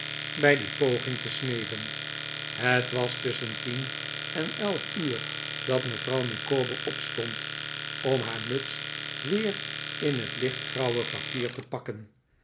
bij die poging te sneven het was tusschen tien en elf uur dat mevrouw micawber opstond om haar muts weer in het lichtgrauwe papier te pakken